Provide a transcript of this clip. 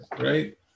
right